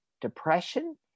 depression